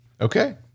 Okay